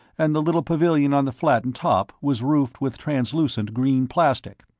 and the little pavilion on the flattened top was roofed with translucent green plastic.